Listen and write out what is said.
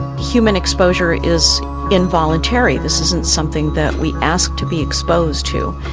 human exposure is involuntary, this isn't something that we ask to be exposed to.